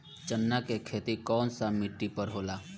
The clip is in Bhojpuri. चन्ना के खेती कौन सा मिट्टी पर होला?